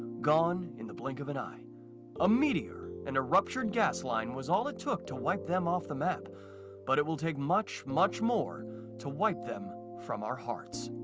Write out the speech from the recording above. gone in the blink of an eye a meteor and a ruptured gasline was all it took to wipe them off the map but it will take much much more to wipe them from our hearts